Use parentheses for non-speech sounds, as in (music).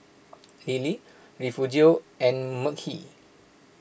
(noise) Lillie Refugio and Mekhi